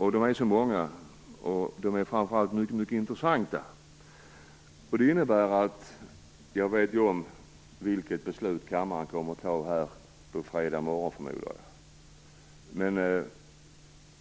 Faxen är många och framför allt mycket intressanta. Jag vet ju vilket beslut som kammaren, förmodligen på fredag morgon, kommer att fatta. Men